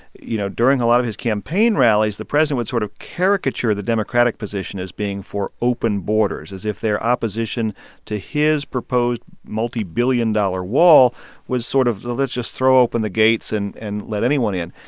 you know, during a lot of his campaign rallies, the president would sort of caricature of the democratic position as being for open borders, as if their opposition to his proposed multibillion-dollar wall was sort of, let's just throw open the gates and and let anyone in.